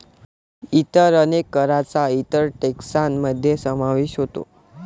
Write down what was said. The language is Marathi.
इतर अनेक करांचा इतर टेक्सान मध्ये समावेश होतो